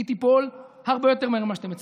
היא תיפול הרבה יותר מהר ממה שאתם מצפים,